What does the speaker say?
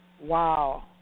Wow